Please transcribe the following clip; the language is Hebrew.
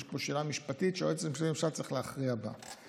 יש פה שאלה משפטית שהיועץ המשפטי לממשלה צריך להכריע בה.